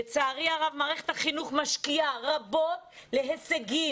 לצערי הרב מערכת החינוך משקיעה רבות בהישגים,